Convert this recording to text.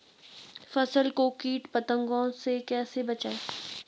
फसल को कीट पतंगों से कैसे बचाएं?